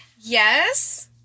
Yes